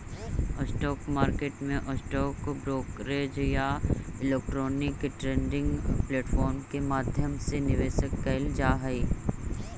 stock market में stock brokerage या electronic trading platform के माध्यम से निवेश कैल जा हइ